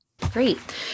Great